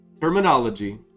terminology